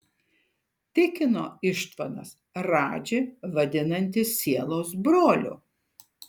tikino ištvanas radžį vadinantis sielos broliu